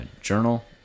journal